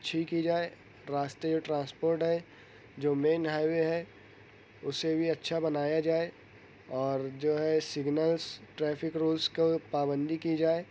اچھی کی جائے راستے ٹرانسپورٹ ہیں جو مین ہائی وے ہے اسے بھی اچھا بنایا جائے اور جو ہے سگنلس ٹریفک رولس کو پابندی کی جائے